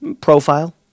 profile